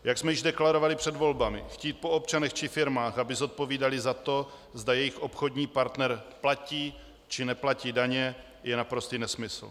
Jak jsme již deklarovali před volbami, chtít po občanech či firmách, aby zodpovídali za to, zda jejich obchodní partner platí, či neplatí daně, je naprostý nesmysl.